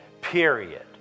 Period